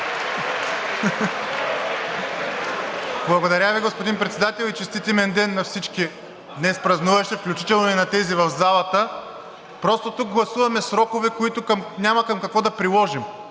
Благодаря Ви, господин Председател, и честит имен ден на всички днес празнуващи, включително и на тези в залата! Просто тук гласуваме срокове, които няма към какво да приложим.